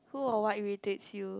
who or what irritates you